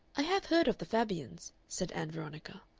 i have heard of the fabians, said ann veronica.